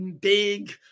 big